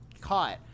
caught